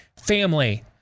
family